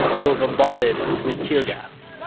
they were bombarded with tear gas